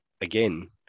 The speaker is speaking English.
again